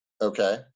Okay